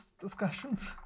discussions